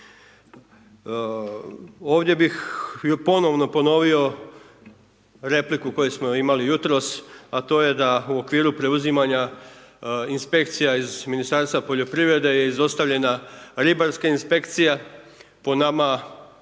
Ovdje bih ponovno ponovio, repliku koju smo imali jutros, a to je da u okviru preuzimanja inspekcija iz Ministarstva poljoprivrede, je izostavljena ribarska inspekcija, po nama i